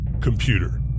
Computer